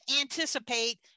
anticipate